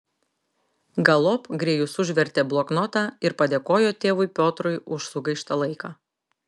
galop grėjus užvertė bloknotą ir padėkojo tėvui piotrui už sugaištą laiką